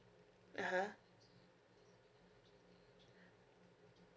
uh !huh!